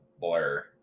blur